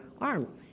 arm